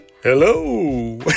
Hello